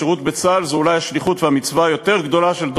השירות בצה"ל הוא אולי השליחות והמצווה היותר גדולה של דורנו: